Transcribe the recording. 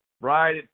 right